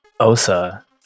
Osa